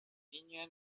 vinya